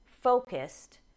focused